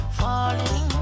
falling